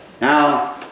Now